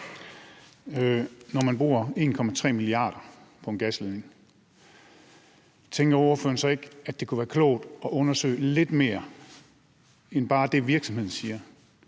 Når man bruger 1,3 mia. kr. på en gasledning, tænker ordføreren så ikke, at det kunne være klogt at undersøge det lidt mere end bare det, virksomhederne siger,